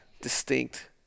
distinct